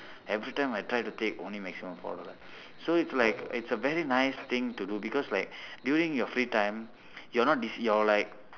every time I try to take only maximum four dollar so it's like it's a very nice thing to do because like during your free time you're not dis~ you're like